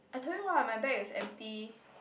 I tell you what my bag is empty